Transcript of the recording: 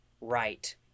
right